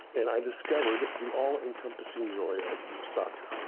and i discovered the all-encompassing joy of moussaka.